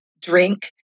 drink